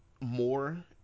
more